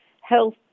health